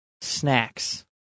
snacks